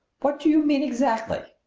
what do you mean exactly?